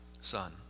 son